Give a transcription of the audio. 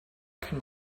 can